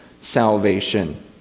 salvation